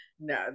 No